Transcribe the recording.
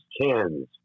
cans